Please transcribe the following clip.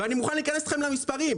אני מוכן להיכנס איתכם למספרים.